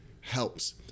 helps